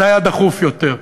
זה היה דחוף יותר.